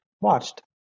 watched